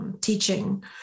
teaching